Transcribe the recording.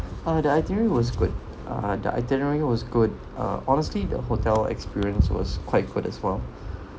uh the itinerary was good uh the itinerary was good uh honestly the hotel experience was quite good as well